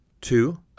Two